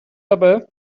dabei